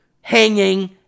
hanging